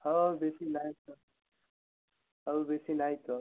ହଁ ବେଶୀ ନାହିଁ ତ ଆଉ ବେଶୀ ନାହିଁ ତ